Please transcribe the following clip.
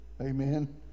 Amen